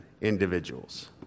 individuals